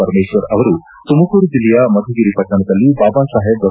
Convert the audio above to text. ಪರಮೇಶ್ವರ್ ಅವರು ತುಮಕೂರು ಜಿಲ್ಲೆಯ ಮಧುಗಿರಿ ಪಟ್ಟಣದಲ್ಲಿ ಬಾಬಾ ಸಾಹೇಬ್ ಡಾ